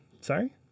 Sorry